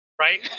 Right